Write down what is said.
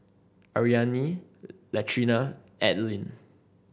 Ariane Latrina Adline